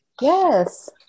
Yes